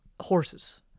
Horses